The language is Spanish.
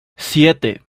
siete